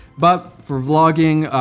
but, for vlogging,